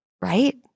right